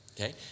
Okay